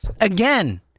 Again